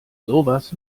sowas